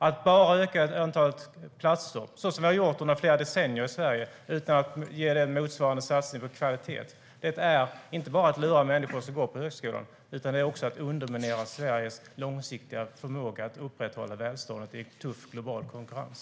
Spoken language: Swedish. Att bara öka antalet platser så som vi har gjort under flera decennier i Sverige utan en motsvarande satsning på kvalitet är inte bara att lura människor som går på högskolan utan också att underminera Sveriges långsiktiga förmåga att upprätthålla välståndet i en tuff global konkurrens.